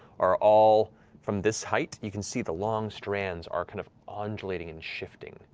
are all from this height, you can see the long strands are kind of undulating and shifting,